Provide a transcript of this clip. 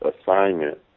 assignment